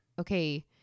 okay